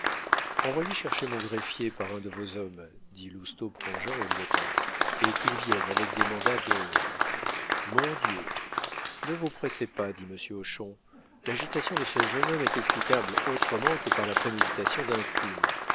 envoyez chercher mon greffier par un de vos hommes dit lousteau prangin au lieutenant et qu'il vienne avec des mandats de mon dieu ne vous pressez pas dit monsieur hochon l'agitation de ce jeune homme est explicable autrement que par la préméditation d'un crime